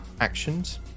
actions